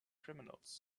criminals